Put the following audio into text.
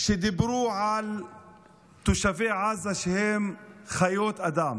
שאמרו על תושבי עזה שהם חיות אדם,